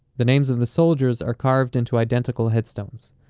the names of the soldiers are carved into identical headstones,